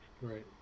Right